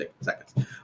seconds